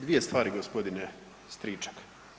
Dvije stvari gospodine Stričak.